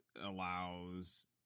allows